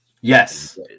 Yes